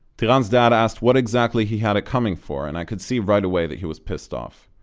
tiran's dad asked what exactly he had it coming for, and i could see right away that he was pissed off.